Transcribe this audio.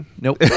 Nope